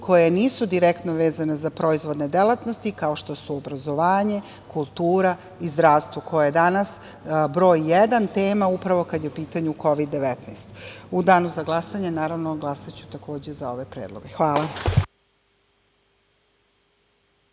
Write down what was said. koje nisu direktno vezane za proizvodne delatnosti, kao što su obrazovanje, kultura i zdravstvo koje je danas broj jedan tema, upravo kada je u pitanju Kovid 19. U danu za glasanje naravno glasaću takođe za ove predloge. Hvala.